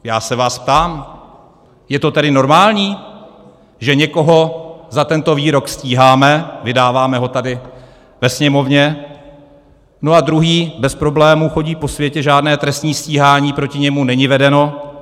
Já se vás ptám, je to tedy normální, že někoho za tento výrok stíháme, vydáváme ho tady ve Sněmovně, a druhý bez problémů chodí po světě, žádné trestní stíhání proti němu není vedeno?